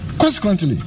Consequently